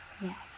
Yes